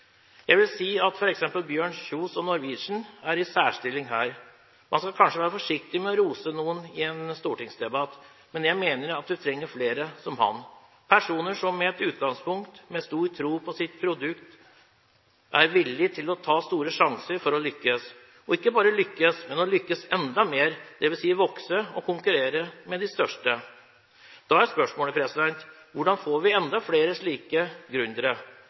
Jeg vil si at f.eks. Bjørn Kjos og Norwegian er i særstilling her. En skal kanskje være forsiktig med å rose noen i en stortingsdebatt, men jeg mener at man trenger flere som ham. Personer som i utgangspunktet har stor tro på sitt produkt, er villig til å ta store sjanser for å lykkes – og ikke bare lykkes, men lykkes enda mer, dvs. vokse og konkurrere med de største. Da er spørsmålet: Hvordan får vi enda flere slike